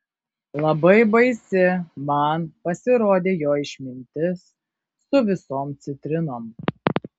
labai baisi man pasirodė jo išmintis su visom citrinom